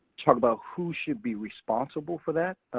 talk about who should be responsible for that.